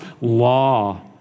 law